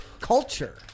culture